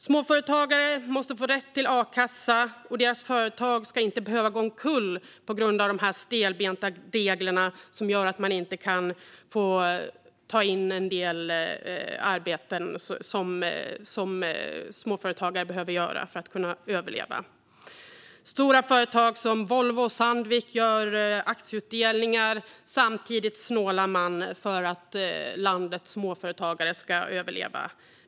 Småföretagare måste få rätt till a-kassa, och deras företag ska inte behöva gå omkull på grund av de stelbenta reglerna som gör att man inte kan få ta in en del arbeten som småföretagare behöver göra för att kunna överleva. Stora företag som Volvo och Sandvik gör aktieutdelningar, och samtidigt snålas det när det handlar om att landets småföretagare ska överleva.